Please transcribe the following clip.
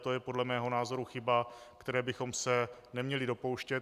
A to je podle mého názoru chyba, které bychom se neměli dopouštět.